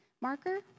marker